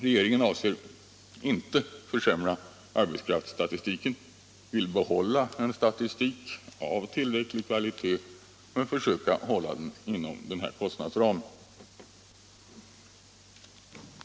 Regeringen avser inte att försämra arbetskraftsstatistiken utan vill behålla statistik av tillräcklig kvalitet men ämnar försöka hålla den inom denna kostnadsram.